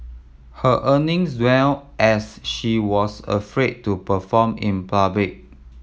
her earnings as she was afraid to perform in public